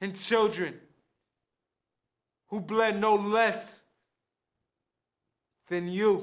and children who bled no less than you